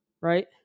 Right